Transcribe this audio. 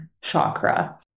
chakra